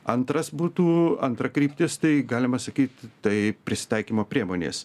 antras būtų antra kryptis tai galima sakyti tai prisitaikymo priemonės